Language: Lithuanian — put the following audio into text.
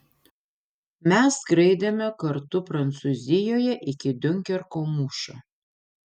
mes skraidėme kartu prancūzijoje iki diunkerko mūšio